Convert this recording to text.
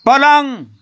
पलङ